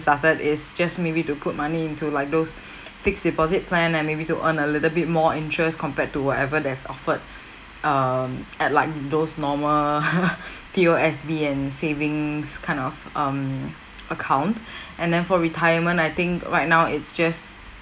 started is just maybe to put money into like those fixed deposit plan and maybe to earn a little bit more interest compared to whatever that's offered um at like those normal P_O_S_B and savings kind of um account and then for retirement I think right now it's just